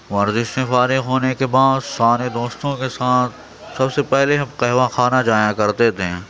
ورزش سے فارغ ہونے کے بعد سارے دوستوں کے ساتھ سب سے پہلے ہم قہوہ خانہ جایا کرتے تھے